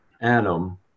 atom